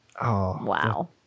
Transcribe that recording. wow